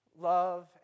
love